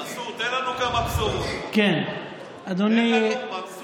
מנסור, תן לנו, אוה, הינה ראש הממשלה בפועל.